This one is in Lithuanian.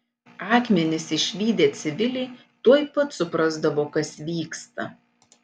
akmenis išvydę civiliai tuoj pat suprasdavo kas vyksta